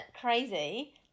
crazy